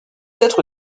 être